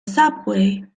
subway